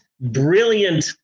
brilliant